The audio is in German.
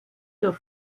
zur